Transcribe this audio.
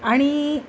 आणि